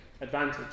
advantage